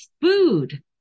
Food